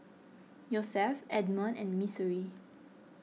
Yosef Edmon and Missouri